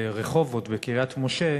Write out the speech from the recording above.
ברחובות, בקריית-משה,